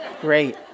great